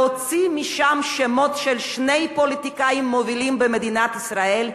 להוציא משם שמות של שני פוליטיקאים מובילים במדינת ישראל,